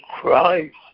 Christ